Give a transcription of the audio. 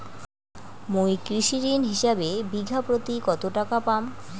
মুই কৃষি ঋণ হিসাবে বিঘা প্রতি কতো টাকা পাম?